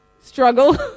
Struggle